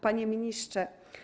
Panie Ministrze!